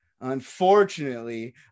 Unfortunately